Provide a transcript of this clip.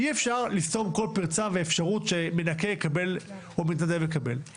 אי אפשר לסתום כל פרצה ואפשרות שמנקה או מתנדב יקבל את המשלוח.